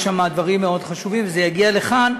יש שם דברים מאוד חשובים, וזה יגיע לכאן.